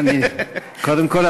קודם כול,